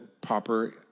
proper